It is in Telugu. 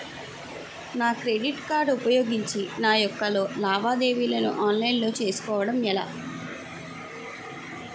నా క్రెడిట్ కార్డ్ ఉపయోగించి నా యెక్క లావాదేవీలను ఆన్లైన్ లో చేసుకోవడం ఎలా?